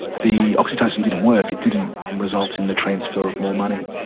the oxytocin didn't work, it didn't result in the transfer of more money.